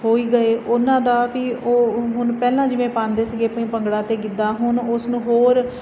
ਹੋ ਹੀ ਗਏ ਉਹਨਾਂ ਦਾ ਵੀ ਉਹ ਹੁਣ ਪਹਿਲਾਂ ਜਿਵੇਂ ਪਾਂਦੇ ਸੀਗੇ ਭੰਗੜਾ ਤੇ ਕਿੱਦਾਂ ਹੁਣ ਉਸ ਨੂੰ ਹੋਰ